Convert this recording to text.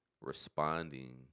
responding